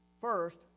First